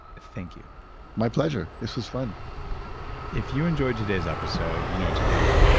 thank you my pleasure, this was fun if you enjoyed today's episode, you know what to do.